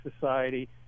society